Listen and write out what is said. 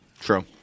True